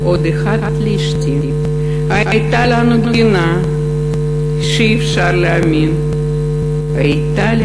עוד אחת לאשתי / הייתה לנו גינה שאי-אפשר להאמין / הייתה לי